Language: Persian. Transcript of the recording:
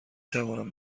توانم